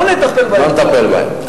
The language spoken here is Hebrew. לא נטפל בהם עכשיו.